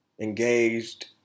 engaged